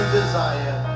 desire